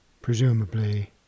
presumably